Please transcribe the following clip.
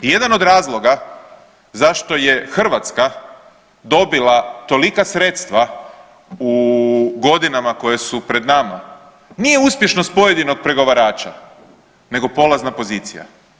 I jedan od razloga zašto je Hrvatska dobila tolika sredstva u godinama koje su pred nama, nije uspješnost pojedinog pregovarača nego polazna pozicija.